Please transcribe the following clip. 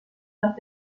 nach